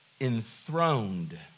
enthroned